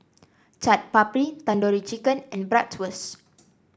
Chaat Papri Tandoori Chicken and Bratwurst